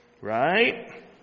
Right